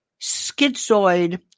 schizoid